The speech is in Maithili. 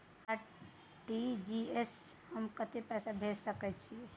आर.टी.जी एस स हम कत्ते पैसा भेज सकै छीयै?